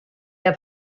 der